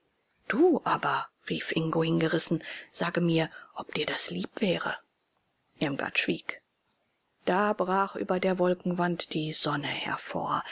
du aber rief ingo hingerissen sage mir ob dir das lieb wäre irmgard schwieg da brach über der wolkenwand die sonne hervor